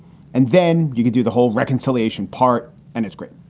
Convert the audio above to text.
and then you can do the whole reconciliation part. and it's great.